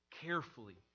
carefully